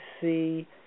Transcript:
see